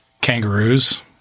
kangaroos